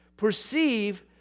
Perceive